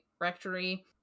Rectory